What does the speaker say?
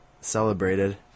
celebrated